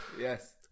Yes